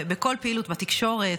בכל פעילות בתקשורת,